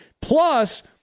Plus